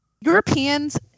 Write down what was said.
Europeans